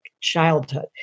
childhood